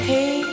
Hey